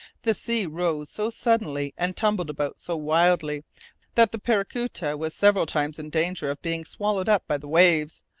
the sea rose so suddenly and tumbled about so wildly that the paracuta was several times in danger of being swallowed up by the waves,